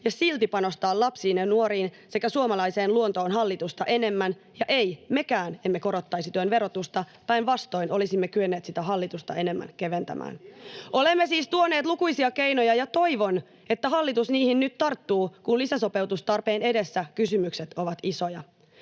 ja silti panostaa lapsiin ja nuoriin sekä suomalaiseen luontoon hallitusta enemmän, ja ei, mekään emme korottaisi työn verotusta. Päinvastoin, olisimme kyenneet sitä hallitusta enemmän keventämään. [Ben Zyskowicz: Ihanko totta olette?] Olemme siis tuoneet lukuisia keinoja, ja toivon, että hallitus niihin nyt tarttuu, kun lisäsopeutustarpeen edessä kysymykset ovat isoja.